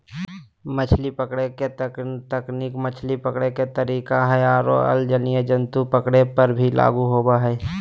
मछली पकड़े के तकनीक मछली पकड़े के तरीका हई आरो अन्य जलीय जंतु के पकड़े पर भी लागू होवअ हई